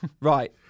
right